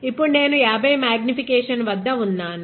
ఇప్పుడు నేను 50 X magnification వద్ద ఉన్నాను